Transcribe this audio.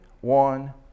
One